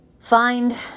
find